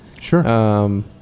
sure